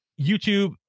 YouTube